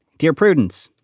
dear prudence,